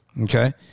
Okay